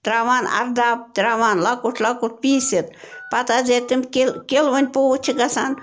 ترٛاوان اَرداب ترٛاوان لۄکُٹ لۄکُٹ پیٖسِتھ پَتہٕ حظ ییٚلہِ تِم کِل کِلوٕنۍ پوٗتۍ چھِ گژھان